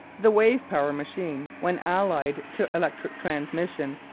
the wave-power machine, when allied to electric transmission,